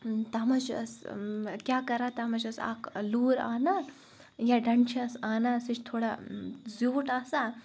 تَتھ مَنٛز چھُ أسۍ کیاہ کَران تَتھ مَنٛز چھُ أسۍ اکھ لوٗر اَنان یا ڈَنڈ چھِ أسۍ اَنان سُہ چھ تھوڑا زیوٗٹھ آسان